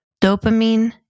Dopamine